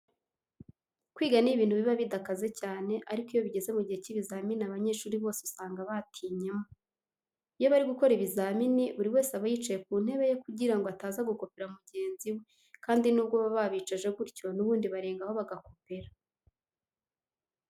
Kwiga ni ibintu biba bidakaze cyane ariko iyo bigeze mu gihe cy'ibizamini abanyeshuri bose usanga batinyemo. Iyo bari gukora ibizamini buri wese aba yicaye ku ntebe ye kugira ngo ataza gukopera mugenzi we kandi nubwo baba babicaje gutyo n'ubundi barengaho bagakopera.